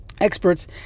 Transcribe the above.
experts